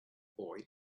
boy